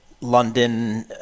London